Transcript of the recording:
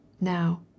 Now